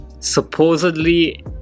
Supposedly